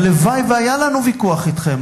הלוואי שהיה לנו ויכוח אתכם.